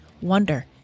wonder